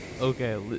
Okay